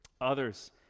Others